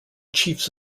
chiefs